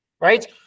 right